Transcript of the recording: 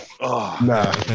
Nah